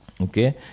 Okay